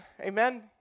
Amen